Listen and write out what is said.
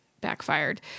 backfired